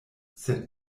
sed